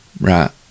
Right